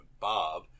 Bob